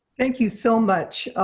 thank you so much,